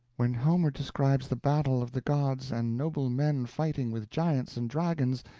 when homer describes the battle of the gods and noble men fighting with giants and dragons,